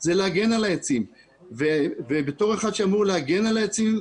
היא להגן על העצים וכאחד שאמור להגן על העצים,